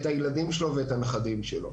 את הילדים שלו ואת הנכדים שלו.